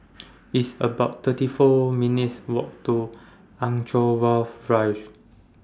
It's about thirty four minutes' Walk to Anchorvale Drive